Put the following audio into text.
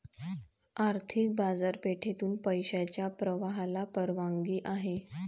आर्थिक बाजारपेठेतून पैशाच्या प्रवाहाला परवानगी आहे